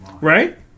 Right